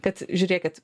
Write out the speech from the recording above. kad žiūrėkit